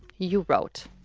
you wrote,